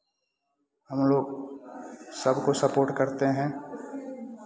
हम लोग सबको सपोर्ट करते हैं